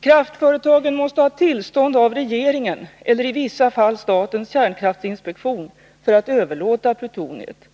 Kraftföretagen måste ha tillstånd av regeringen eller i vissa fall statens kärnkraftinspektion för att överlåta plutoniet.